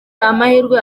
amahirwe